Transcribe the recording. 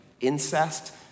incest